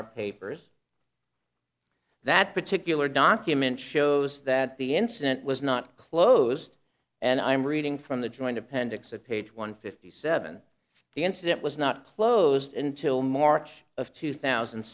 our papers that particular document shows that the incident was not closed and i'm reading from the joint appendix at page one fifty seven the incident was not closed until march of two thousand